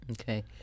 Okay